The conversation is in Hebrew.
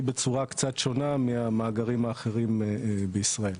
בצורה קצת שונה מהמאגרים האחרים בישראל.